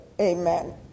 Amen